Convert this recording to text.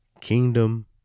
Kingdom